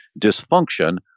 dysfunction